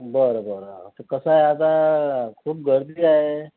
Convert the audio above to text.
बरं बरं त कसं आहे आता खूप गर्दी आहे